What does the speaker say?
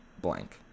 blank